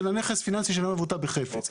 של הנכס הפיננסי שאינו מבוטא בחפץ.